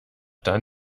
dann